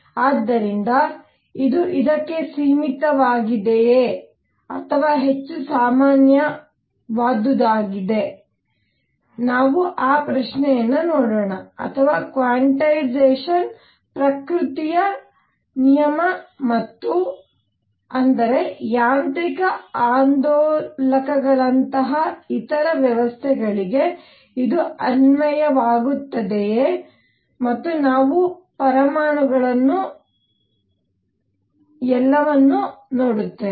ಆದ್ದರಿಂದ ಇದು ಇದಕ್ಕೆ ಸೀಮಿತವಾಗಿದೆಯೇ ಅಥವಾ ಹೆಚ್ಚು ಸಾಮಾನ್ಯವಾದುದಾಗಿದೆ ನಾವು ಆ ಪ್ರಶ್ನೆಯನ್ನು ನೋಡೋಣ ಅಥವಾ ಕ್ವಾಂಟೈಝೆಷನ್ ಪ್ರಕೃತಿಯ ನಿಯಮ ಮತ್ತು ಅಂದರೆ ಯಾಂತ್ರಿಕ ಆಂದೋಲಕಗಳಂತಹ ಇತರ ವ್ಯವಸ್ಥೆಗಳಿಗೆ ಇದು ಅನ್ವಯವಾಗುತ್ತದೆಯೇ ಮತ್ತು ನಾವು ಪರಮಾಣುಗಳು ಮತ್ತು ಎಲ್ಲವನ್ನೂ ನೋಡುತ್ತೇವೆ